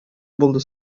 булды